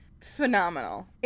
phenomenal